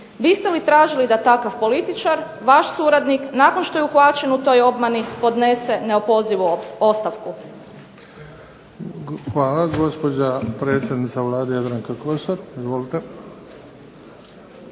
Biste li tražili da takav političar, vaš suradnik, nakon što je uhvaćen u toj obmani podnese neopozivu ostavku? **Bebić, Luka (HDZ)** Hvala. Gospođa predsjednica Vlade, Jadranka Kosor. Izvolite.